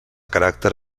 caràcter